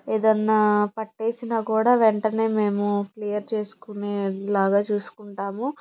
ఏదన్నా పట్టేసినా కూడా వెంటనే మేము క్లియర్ చేసుకునే లాగా చూసుకుంటాము